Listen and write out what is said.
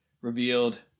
revealed